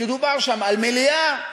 ודובר שם על מליאה,